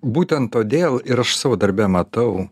būtent todėl ir aš savo darbe matau